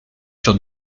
sur